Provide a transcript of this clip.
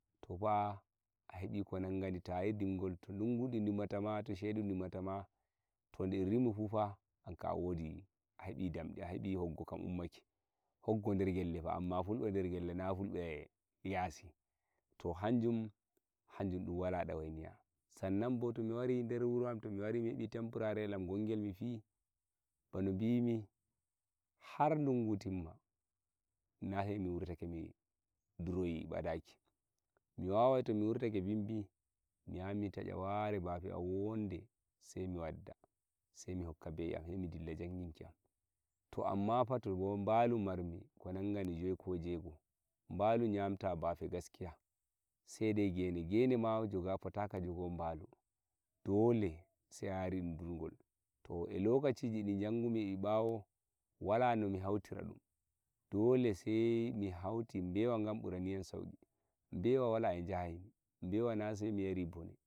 to fa a hebi ko nangani ta hebi to dungu di rimante to shekaradi rimante to to di rimante an kam a wodi a hebi damdi a hebihoggo kam ummake hoggo nder gelle amma fulbe nder gelle da fulbeyasi ba to hanjum dum wala dawainiya san nan bo to mi wari nde wuro am mi wari mi hebi tampurare am gongel mi yi bano no bimi har dungu timma na he mi wurtake mi ndurowi badaki mi wawai to mi wurtake binbi mi yahai mi tacha ware bafe wonde sai mi wadda sai mi hokka be'i am ai mi dilla janginki am to amma fa to mbalu marmi ko nangani joyi ko jego'o balu chamta bafe gaskiya sai dai gene ma fotaka jogo balu dole sai a yari dum ndurgol to e lokacidi didum jangumi bawo nomi hautira dum dole sai mi hauti bewa gam buraniyam sauki bewa wala e jahai mi mi bewa na sai mi yari bone